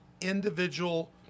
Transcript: individual